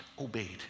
obeyed